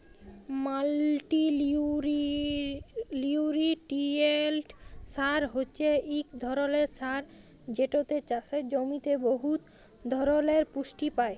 মাল্টিলিউটিরিয়েল্ট সার হছে ইক ধরলের সার যেটতে চাষের জমিতে বহুত ধরলের পুষ্টি পায়